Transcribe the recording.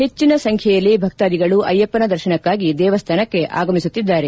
ಹೆಚ್ಚಿನ ಸಂಖ್ಯೆಯಲ್ಲಿ ಭಕ್ತಾದಿಗಳು ಅಯ್ಯಪ್ಪನ ದರ್ಶನಕ್ಕಾಗಿ ದೇವಸ್ಥಾನಕ್ಕೆ ಆಗಮಿಸುತ್ತಿದ್ದಾರೆ